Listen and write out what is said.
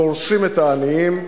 דורסים את העניים,